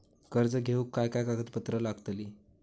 कर्ज घेऊक काय काय कागदपत्र लागतली?